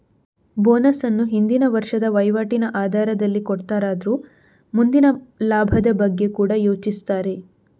bonus ಅನ್ನು ಹಿಂದಿನ ವರ್ಷದ ವೈವಾಟಿನ ಆಧಾರದಲ್ಲಿ ಕೊಡ್ತಾರಾದ್ರೂ ಮುಂದಿನ ಲಾಭದ ಬಗ್ಗೆ ಕೂಡಾ ಯೋಚಿಸ್ತಾರೆ